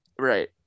Right